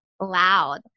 loud